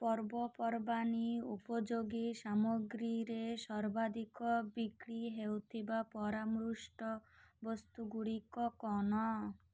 ପର୍ବପର୍ବାଣି ଉପଯୋଗୀ ସାମଗ୍ରୀରେ ସର୍ବାଧିକ ବିକ୍ରି ହେଉଥିବା ପରାମୃଷ୍ଟ ବସ୍ତୁଗୁଡ଼ିକ କ'ଣ